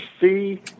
see